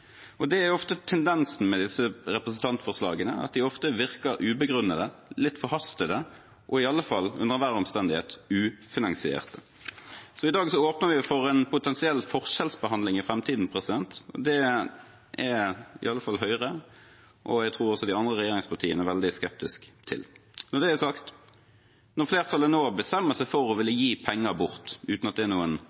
Det er ofte tendensen med disse representantforslagene, de virker ofte ubegrunnede, litt forhastede og i alle fall under enhver omstendighet ikke finansiert. I dag åpner man for en potensiell forskjellsbehandling i framtiden. Det er iallfall Høyre, og jeg tror også de andre regjeringspartiene, veldig skeptisk til. Når det er sagt: Når flertallet nå bestemmer seg for å ville gi bort penger uten at det er noen